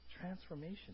transformation